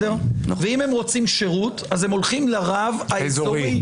ואם הם רוצים שירות אז הם הולכים לרב האזורי.